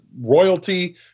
royalty